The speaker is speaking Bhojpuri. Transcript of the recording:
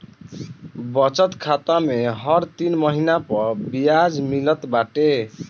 बचत खाता में हर तीन महिना पअ बियाज मिलत बाटे